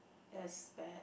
that's bad